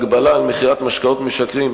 הגבלה על מכירת משקאות משכרים),